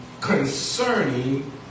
concerning